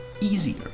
easier